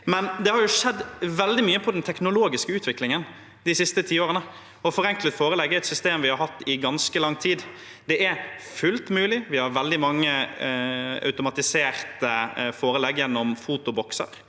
Det har skjedd veldig mye innen den teknologiske utviklingen de siste tiårene, og systemet med forenklede forelegg er et system vi har hatt i ganske lang tid. Dette er fullt mulig. Vi har veldig mange automatiserte forelegg gjennom fotobokser.